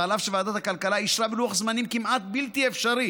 ואף שוועדת הכלכלה אישרה בלוח זמנים כמעט בלתי אפשרי